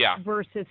versus